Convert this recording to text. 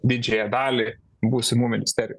didžiąją dalį būsimų ministerijų